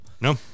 No